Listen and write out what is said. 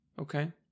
okay